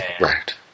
Right